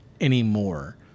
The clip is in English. anymore